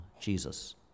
Jesus